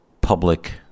public